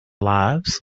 lives